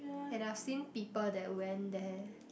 and I've seen people that went there